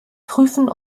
prüfen